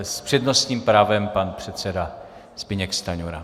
S přednostním právem pan předseda Zbyněk Stanjura.